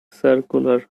circular